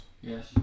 Yes